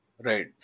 right